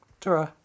Ta-ra